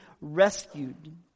rescued